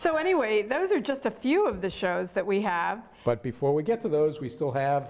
so anyway those are just a few of the shows that we have but before we get to those we still have